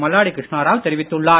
மல்லாடி கிருஷ்ணாராவ் தெரிவித்துள்ளார்